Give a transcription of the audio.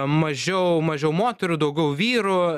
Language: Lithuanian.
mažiau mažiau moterų daugiau vyrų